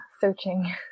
searching